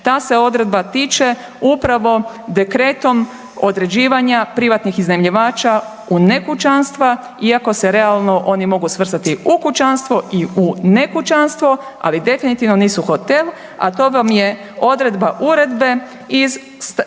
ta se odredba tiče upravo dekretom određivanja privatnih iznajmljivača u nekućanstva iako se realno oni mogu svrstati u kućanstvo i u nekućanstvo. Ali definitivno nisu hotel, a to vam je odredba uredbe iz